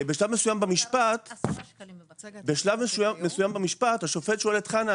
בשלב מסוים במשפט השופט שואל את חנה,